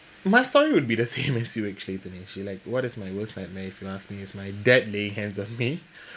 my story would be the same as you actually Dinesh you like what is my worst nightmare if you ask me it's my dad lay hands on me